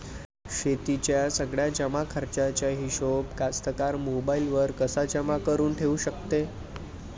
शेतीच्या सगळ्या जमाखर्चाचा हिशोब कास्तकार मोबाईलवर कसा जमा करुन ठेऊ शकते?